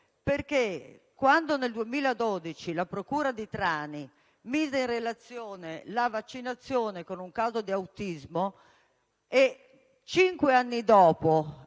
perché, quando nel 2012, la procura di Trani mise in relazione la vaccinazione con un caso di autismo, e cinque anni dopo,